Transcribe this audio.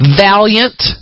Valiant